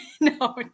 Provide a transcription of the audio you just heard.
no